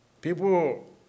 People